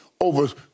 over